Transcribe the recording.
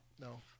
No